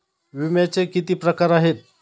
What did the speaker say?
विम्याचे किती प्रकार आहेत?